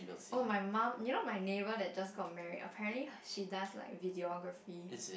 oh my mom you know my neighbor that just got married apparently she does like Videography